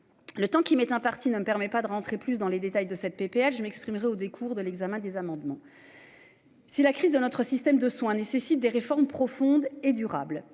Le temps qui m'est imparti ne me permet pas de rentrer plus dans les détails de cette PPL je m'exprimerai au, des cours de l'examen des amendements. Si la crise de notre système de soins nécessitent des réformes profondes et durables